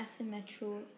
Asymmetrical